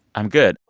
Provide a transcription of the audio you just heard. i'm good.